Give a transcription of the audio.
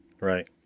Right